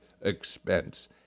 expense